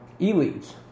e-leads